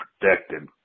protected